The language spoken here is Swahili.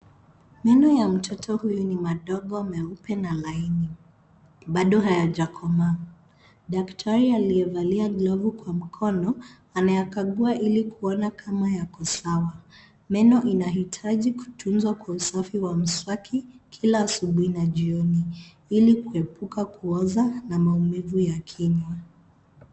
Meno ya mtoto huyu ni madogo meupe na laini, bado hayajakomaa. Daktari aliyevalia glavu kwa mkono anayakagua ili kuona kama yako sawa. Meno inahitaji kutunzwa kwa usafi wa mswaki kila asubuhi na jioni ili kuepuka kuoza na maumivu ya kinywa.